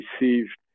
received